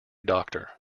doctor